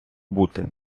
бути